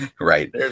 right